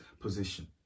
position